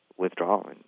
withdrawal